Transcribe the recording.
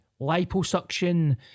liposuction